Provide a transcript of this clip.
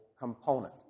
component